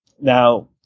Now